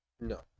No